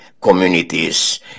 communities